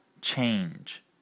Change